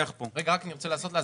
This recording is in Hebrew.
לא היינו צריכים להתווכח כאן.